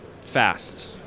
fast